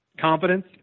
confidence